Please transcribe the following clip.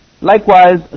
Likewise